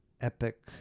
epic